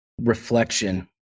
reflection